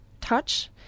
touch